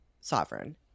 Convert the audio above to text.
sovereign